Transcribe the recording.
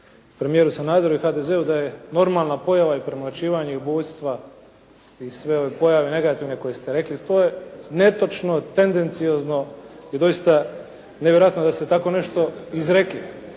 premijeru Sanaderu i HDZ-u da je normalna pojava i premlaćivanje i ubojstva i sve ove pojave negativne koje ste rekli. To je netočno, tendenciozno i doista nevjerojatno da ste tako nešto izrekli.